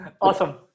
Awesome